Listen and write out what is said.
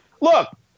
look